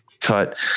cut